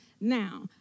Now